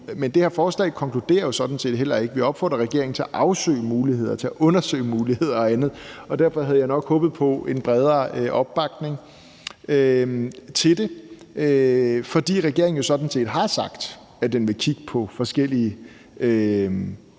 men det her forslag konkluderer jo sådan set heller ikke noget. Vi opfordrer regeringen til at afsøge muligheder, til at undersøge muligheder og andet, og derfor havde jeg nok håbet på en bredere opbakning til det, fordi regeringen jo sådan set har sagt, at den vil kigge på forskellige